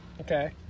Okay